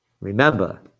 Remember